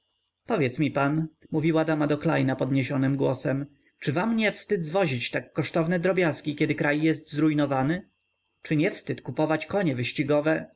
powiedz mi pan mówiła dama do klejna podniesionym głosem czy wam nie wstyd zwozić tak kosztowne drobiazgi kiedy kraj jest zrujnowany czy nie wstyd kupować konie wyścigowe